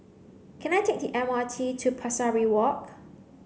can I take T M R T to Pesari Walk